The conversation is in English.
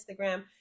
Instagram